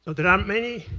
but there are many,